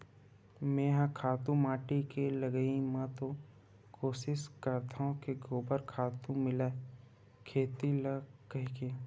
मेंहा खातू माटी के लगई म तो कोसिस करथव के गोबर खातू मिलय खेत ल कहिके